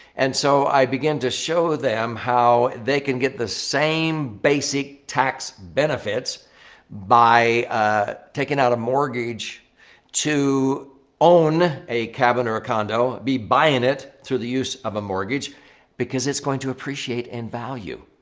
and so, i begin to show them how they can get the same basic tax benefits by taking out a mortgage to own a cabin or a condo. be buying it through the use of a mortgage because it's going to appreciate in value.